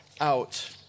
out